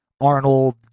Arnold